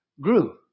grew